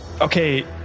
Okay